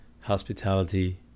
hospitality